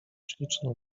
śliczną